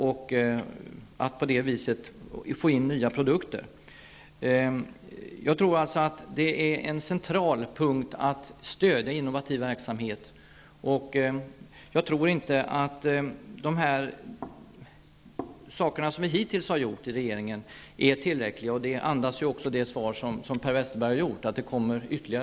På det viset kan man få in nya produkter. Jag tror således att det är en central punkt att stödja innovativ verksamhet. Jag tror inte att de åtgärder som regeringen har vidtagit är tillräckliga, och Per Westerbergs svar andas också att det kommer mera.